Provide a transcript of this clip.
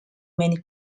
many